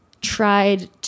tried